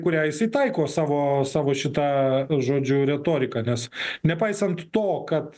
kurią jisai taiko savo savo šitą žodžiu retoriką nes nepaisant to kad